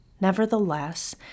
Nevertheless